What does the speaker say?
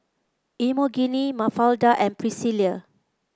Emogene Mafalda and Priscilla